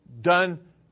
Done